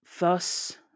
Thus